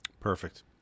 Perfect